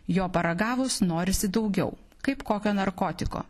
jo paragavus norisi daugiau kaip kokio narkotiko